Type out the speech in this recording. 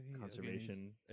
conservation